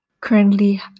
currently